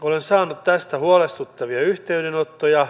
olen saanut tästä huolestuttavia yhteydenottoja